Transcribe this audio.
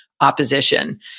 opposition